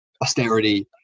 austerity